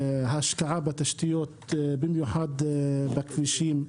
ההשקעה בתשתיות, במיוחד בכבישים,